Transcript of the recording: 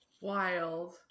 Wild